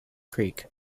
creek